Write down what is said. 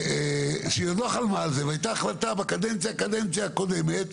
הייתה החלטה בקדנציה הקודמת,